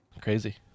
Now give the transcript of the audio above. Crazy